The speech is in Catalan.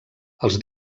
els